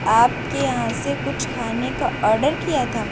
آپ کے یہاں سے کچھ کھانے کا آڈر کیا تھا